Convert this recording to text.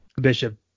Bishop